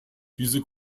diese